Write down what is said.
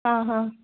ಹಾಂ ಹಾಂ